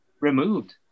removed